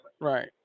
Right